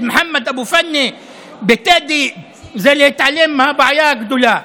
מוחמד אבו פנה בטדי זה להתעלם מהבעיה הגדולה.